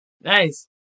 Nice